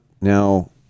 now